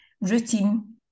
routine